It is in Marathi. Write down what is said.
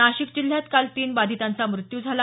नाशिक जिल्ह्यात काल तीन बाधितांचा मृत्यू झाला